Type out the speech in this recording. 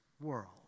world